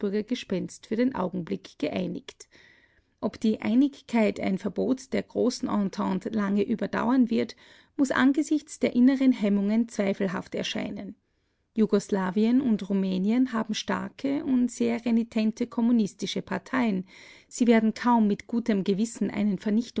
für den augenblick geeinigt ob die einigkeit ein verbot der großen entente lange überdauern wird muß angesichts der inneren hemmungen zweifelhaft erscheinen jugoslawien und rumänien haben starke und sehr renitente kommunistische parteien sie werden kaum mit gutem gewissen einen